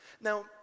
Now